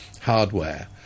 hardware